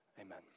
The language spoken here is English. Amen